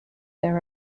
there